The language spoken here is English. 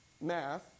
math